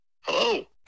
Hello